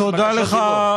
תודה לך,